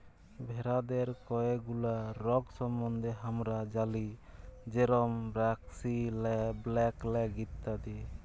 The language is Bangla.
ভেরাদের কয়ে গুলা রগ সম্বন্ধে হামরা জালি যেরম ব্র্যাক্সি, ব্ল্যাক লেগ ইত্যাদি